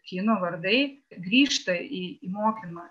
kino vardai grįžta į mokymą